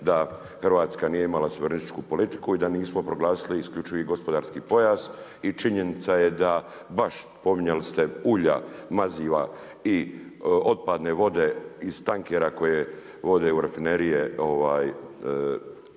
da Hrvatska nije imala suverenističku politiku i da nismo proglasili isključivi gospodarski pojas i činjenica je da baš, spominjali ste ulja, maziva i otpadne vode iz tankera koje vode u rafinerije